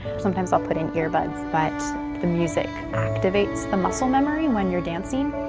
sometimes i'll put in earbuds, but the music activates the muscle memory when you're dancing.